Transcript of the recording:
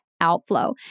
outflow